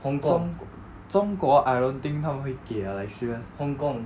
中中国 I don't think 他们会给 lah like serious